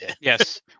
Yes